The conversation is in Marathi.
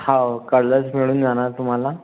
हो कलर्स मिळून जाणार तुम्हाला